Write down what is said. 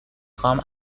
خوام